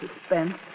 suspense